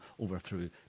overthrew